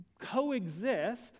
coexist